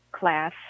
class